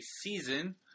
season